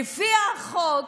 לפי החוק,